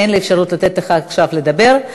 אין לי אפשרות לתת לך עכשיו לדבר,